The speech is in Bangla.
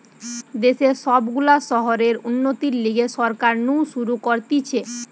দেশের সব গুলা শহরের উন্নতির লিগে সরকার নু শুরু করতিছে